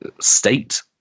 state